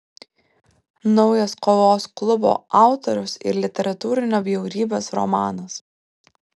naujas kovos klubo autoriaus ir literatūrinio bjaurybės romanas